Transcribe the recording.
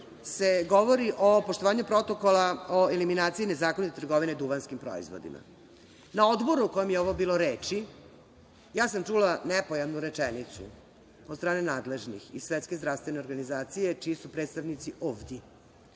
se govori o poštovanju Prokola o eliminaciji nezakonite trgovine duvanskim proizvodima. Na odboru na kojem je o ovome bilo reči ja sam čula nepojamnu rečenicu od strane nadležnih iz Svetske zdravstvene organizacije, čiji su predstavnici ovdi,